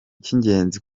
cy’ingenzi